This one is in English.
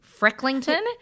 Frecklington